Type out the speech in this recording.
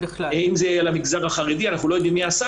אם זה על המגזר החרדי אנחנו לא יודעים מי עשה